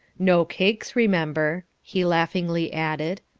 no cakes, remember, he laughingly added.